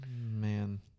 Man